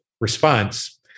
response